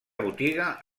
botiga